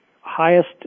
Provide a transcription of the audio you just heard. highest